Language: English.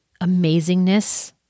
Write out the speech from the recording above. amazingness